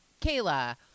Kayla